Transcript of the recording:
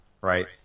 right